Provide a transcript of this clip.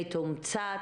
מתומצת,